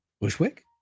Bushwick